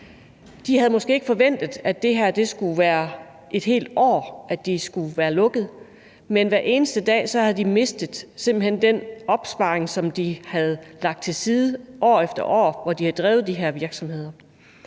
De havde måske ikke forventet, at de skulle have lukket et helt år, men de havde hver eneste dag simpelt hen mistet den opsparing, som de havde lagt til side år efter år, hvor de havde drevet de her virksomheder.